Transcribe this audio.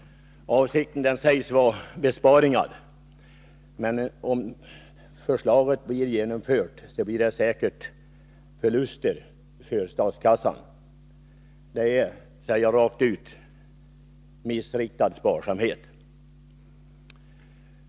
Avsikten sägs vara besparingar, men om förslaget genomförs kommer det att medföra förluster för statskassan. Jag vill säga rakt ut att detta är missriktad sparsamhet.